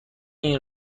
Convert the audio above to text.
این